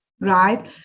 right